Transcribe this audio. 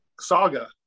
saga